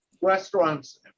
Restaurants